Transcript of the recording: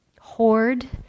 hoard